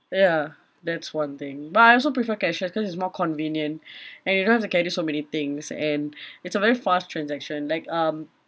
ya that's one thing but I also prefer cashless cause it's more convenient and you don't have to carry so many things and it's a very fast transaction like um